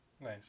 nice